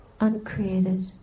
uncreated